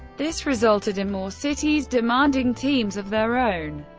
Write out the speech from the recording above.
this resulted in more cities demanding teams of their own.